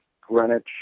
Greenwich